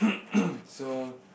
so